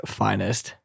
finest